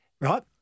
right